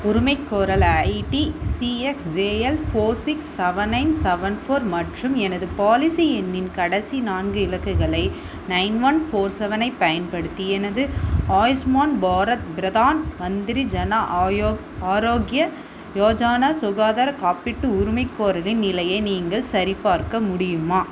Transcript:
உரிமைகோரல் ID C X J L four six seven nine seven four மற்றும் எனது policy எண்ணின் கடைசி நான்கு இலக்குகளை நைன் ஒன் ஃபோர் செவனைப் பயன்படுத்தி எனது ஆயுஷ்மான் பாரத் பிரதான் மந்திரி ஜன ஆரோக்ய யோஜானா சுகாதார காப்பீட்டு உரிமைகோரலின் நிலையை நீங்கள் சரிபார்க்க முடியுமா